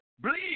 believe